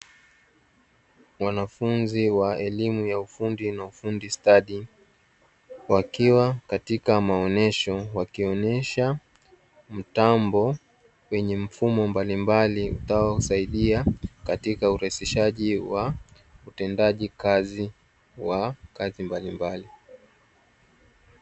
Wanafunzi wa elimu ya ufundi na ufundi stadi wakiwa katika maonyesho wakionyesha mtambo wenye mfumo mbalimbali ambao husaidia katika urahisishaji wa utendaji kazi wa kazi mbalimbali.